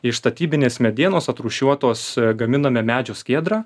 iš statybinės medienos atrūšiuotos gaminame medžio skiedrą